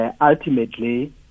Ultimately